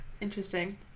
Interesting